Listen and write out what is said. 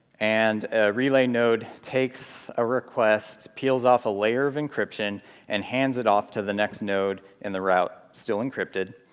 and a relay node takes a request, peels off a layer of encryption and hands it off to the next node in the route, still encrypted.